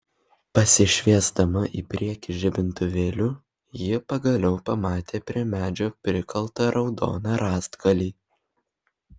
pasišviesdama į priekį žibintuvėliu ji pagaliau pamatė prie medžio prikaltą raudoną rąstgalį